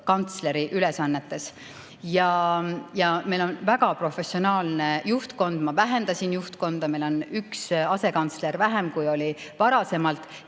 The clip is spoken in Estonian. kantsleri ülesannetes ja meil on väga professionaalne juhtkond. Ma vähendasin juhtkonda, meil on üks asekantsler vähem, kui oli varasemalt.